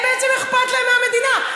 בעצם אכפת להם מהמדינה,